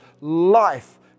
Life